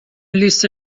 لیست